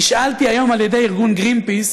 נשאלתי היום על ידי ארגון "גרינפיס",